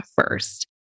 first